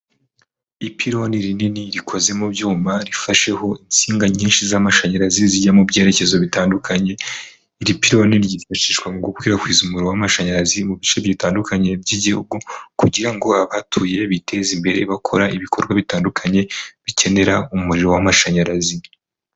Ipironi rinini rikoze mu byuma, rifasheho insinga nyinshi z'amashanyarazi zijya mu byerekezo bitandukanye, iri pironi ryifashishwa mu gukwirakwiza umuriro w'amashanyarazi mu bice bitandukanye by'igihugu kugira ngo abahatuye biteze imbere bakora ibikorwa bitandukanye bikenera umuriro w'amashanyarazi.